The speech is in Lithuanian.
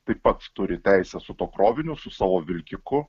taip pat turi teisę su tuo kroviniu su savo vilkiku